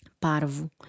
parvo